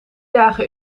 dagen